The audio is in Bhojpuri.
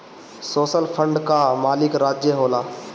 सोशल फंड कअ मालिक राज्य होला